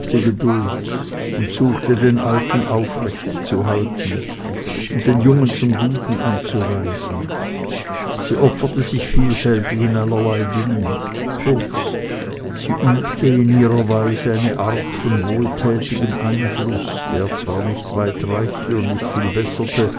geduld und suchte den alten aufrechtzuhalten und den jungen zum guten anzuweisen sie opferte sich vielfältig in allerlei dingen kurz sie übte in ihrer weise eine art von wohltätigem einfluß der zwar nicht weit reichte und nicht viel besserte